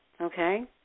Okay